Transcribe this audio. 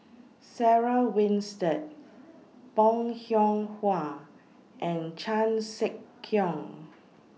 Sarah Winstedt Bong Hiong Hwa and Chan Sek Keong